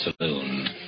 saloon